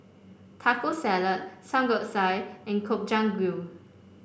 Taco Salad Samgyeopsal and Gobchang Gui